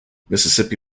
mississippi